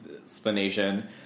explanation